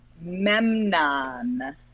Memnon